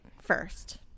first